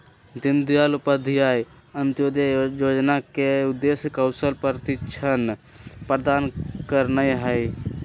दीनदयाल उपाध्याय अंत्योदय जोजना के उद्देश्य कौशल प्रशिक्षण प्रदान करनाइ हइ